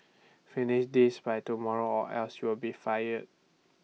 finish this by tomorrow or else you'll be fire